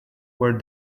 were